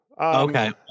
Okay